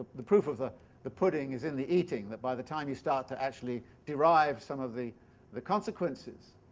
the proof of the the pudding is in the eating, that by the time you start to actually derive some of the the consequences